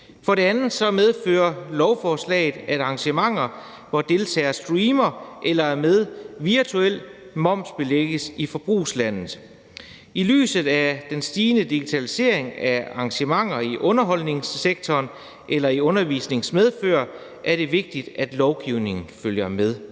For det andet medfører lovforslaget, at arrangementer, hvor deltagere streamer eller er med virtuelt, momsbelægges i forbrugslandet. I lyset af den stigende digitalisering af arrangementer i underholdningssektoren eller i forbindelse med undervisning er det vigtigt, at lovgivningen følger med.